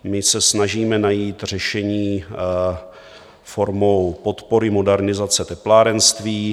My se snažíme najít řešení formou podpory modernizace teplárenství.